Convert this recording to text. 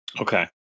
Okay